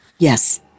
Yes